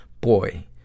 Boy